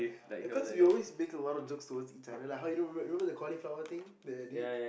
like cause you always make a lot of jokes towards each other like how you know you remember the cauliflower thing that I did